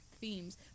themes